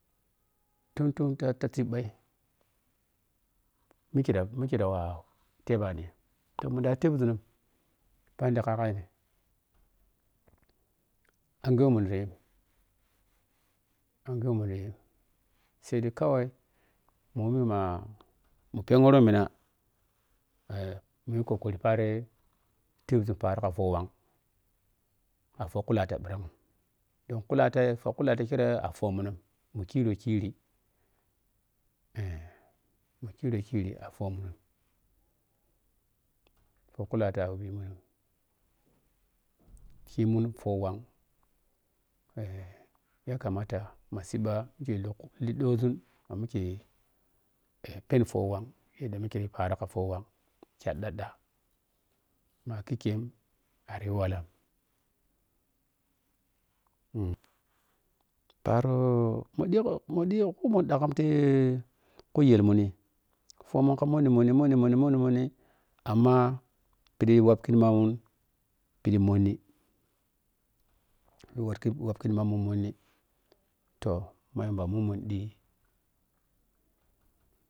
Tun tun te ta siibhai mikye ɗa mikye dawa tehbani toh mun da tepȝun phaɗi kagai anghe wɛmun da yi anghewɛ mun da yi sai dai kawai mhommi ma mu pheghuru mna eh mu yi kokari paari tep paaro ka phowhang a fohkhullatang phirang don fuhullatanghi fuhkhullatang kirei a fuhmung kherekhiri eh mu khirekiri a fuhmung tuhkullata a fahmung khimun fuhwhang eh yakamata a siimba je liɗoȝun maike penn fahwang paaro ka fuwang mikikei ariyi walla eh parro mu ɗigho mu digho kumun ɗaagham ti kujelmung fahmun ka monni monni monni amma piɗi wakkriyani pii monni wikri wokkrioma monni toh ma yamba mummun ɗi.